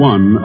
One